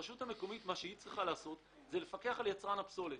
מה שהרשות המקומית צריכה לעשות זה לפקח על יצרן הפסולת.